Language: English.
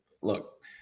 look